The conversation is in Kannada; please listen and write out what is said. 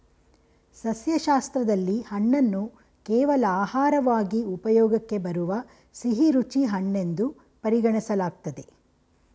ಸಸ್ಯಶಾಸ್ತ್ರದಲ್ಲಿ ಹಣ್ಣನ್ನು ಕೇವಲ ಆಹಾರವಾಗಿ ಉಪಯೋಗಕ್ಕೆ ಬರುವ ಸಿಹಿರುಚಿ ಹಣ್ಣೆನ್ದು ಪರಿಗಣಿಸಲಾಗ್ತದೆ